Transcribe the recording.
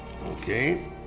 okay